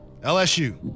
LSU